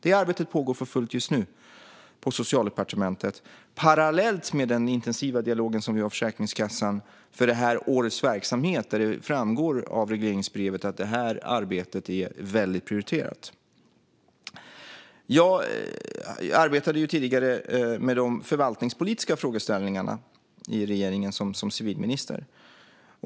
Det arbetet pågår för fullt just nu på Socialdepartementet parallellt med den intensiva dialogen som vi har med Försäkringskassan för årets verksamhet. Där framgår det av regleringsbrevet att det arbetet är väldigt prioriterat. Jag arbetade tidigare med de förvaltningspolitiska frågeställningarna i regeringen som civilminister.